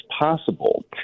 possible